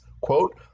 quote